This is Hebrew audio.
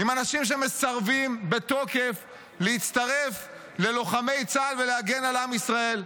עם אנשים שמסרבים בתוקף להצטרף ללוחמי צה"ל ולהגן על עם ישראל?